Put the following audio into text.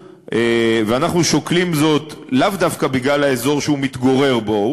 ואנחנו שוקלים זאת לאו דווקא בגלל האזור שהוא מתגורר בו.